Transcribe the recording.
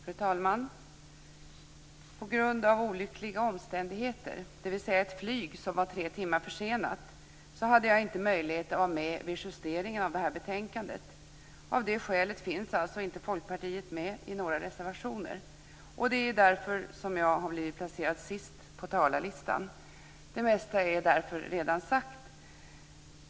Fru talman! På grund av olyckliga omständigheter, dvs. ett flyg som var tre timmar försenat, hade jag inte möjlighet att delta vid justeringen av detta betänkande. Av det skälet finns Folkpartiet inte med i några reservationer. Det är därför som jag har blivit placerad så långt ned på talarlistan, och det mesta är därför redan sagt.